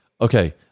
Okay